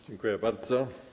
Dziękuję bardzo.